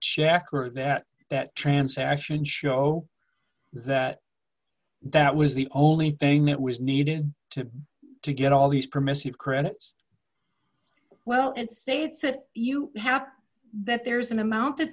checker that that transaction show that that was the only thing that was needed to to get all these permissive credits well it states that you have that there's an amount that